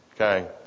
Okay